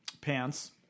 pants